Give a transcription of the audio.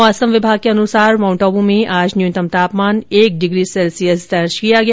मौसम विभाग के अनुसार माउंट आवू में आज न्यूनतम तापमान एक डिग्री सैल्सियस दर्ज किया गया